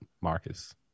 Marcus